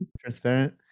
transparent